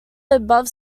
above